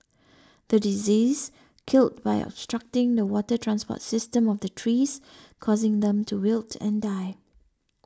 the disease killed by obstructing the water transport system of the trees causing them to wilt and die